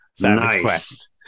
nice